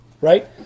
right